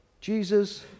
Jesus